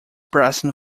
preston